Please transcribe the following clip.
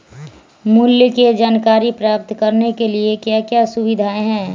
मूल्य के जानकारी प्राप्त करने के लिए क्या क्या सुविधाएं है?